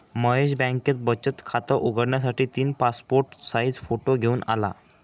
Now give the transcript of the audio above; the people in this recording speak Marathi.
महेश बँकेत बचत खात उघडण्यासाठी तीन पासपोर्ट साइज फोटो घेऊन आला